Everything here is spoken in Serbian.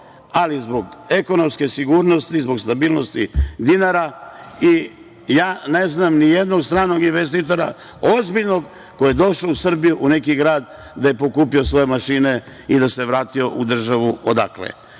zbog ekonomske sigurnosti, zbog stabilnosti dinara i ja ne znam ni jednog ozbiljnog stranog investitora koji je došao u Srbiju, u neki grad, i da je pokupio svoje mašine i vratio se u državu odakle